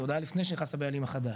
זה היה עוד לפני שנכנס הבעלים החדש.